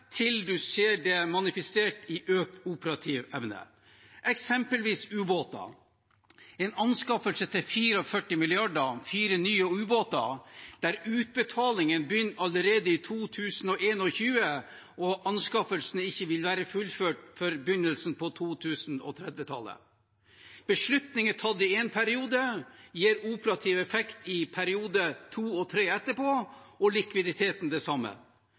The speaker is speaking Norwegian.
til man ser at det er manifestert i økt operativ evne. Ta eksempelvis ubåter: en anskaffelse til 44 mrd. kr, fire nye ubåter, der utbetalingen begynner allerede i 2021, og anskaffelsene ikke vil være fullført før på begynnelsen av 2030-tallet. Beslutninger tatt i én periode gir operativ effekt i periodene 2 og 3 etterpå, og likviditeten det samme.